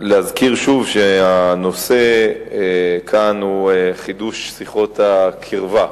להזכיר שוב שהנושא כאן הוא חידוש שיחות הקרבה,